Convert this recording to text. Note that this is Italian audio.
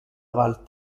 val